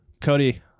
Cody